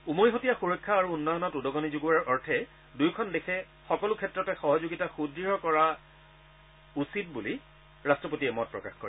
উমৈহতীয়া সুৰক্ষা আৰু উন্নয়নত উদ্গণি যোগোৱাৰ অৰ্থে দুয়োখন দেশে সকলো ক্ষেত্ৰতে সহযোগিতা সুদৃঢ় কৰি তোলা উচিত বুলি ৰাষ্ট্ৰপতিয়ে প্ৰকাশ কৰে